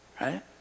right